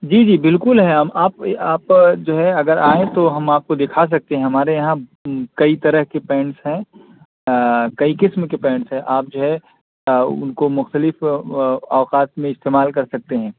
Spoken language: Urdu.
جی جی بالکل ہے آپ آپ جو ہے اگر آئیں تو ہم آپ کو دکھا سکتے ہیں ہمارے یہاں کئی طرح کے پینٹس ہیں کئی قسم کے پینٹس ہیں آپ جو ہے ان کو مختلف اوقات میں استعمال کر سکتے ہیں